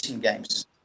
games